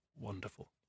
wonderful